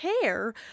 care